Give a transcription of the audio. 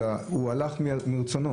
אלא הוא הלך מרצונו.